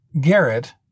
Garrett